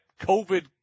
COVID